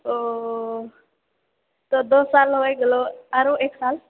ओ तऽ दो साल होए गेलो आओरो एक साल